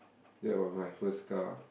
that was my first car